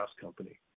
company